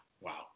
Wow